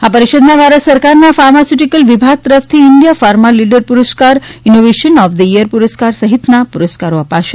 આ પરિષદમાં ભારત સરકારના ફાર્માસ્યુટીક્લ વિભાગ તરફથી ઇન્ડિયા ફાર્મા લીડર પુરસ્કાર ઇનોવેશન ઓફ ધી ઇયર પુરસ્કાર સહિતના પુરસ્કારો અપાશે